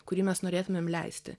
kurį mes norėtumėm leisti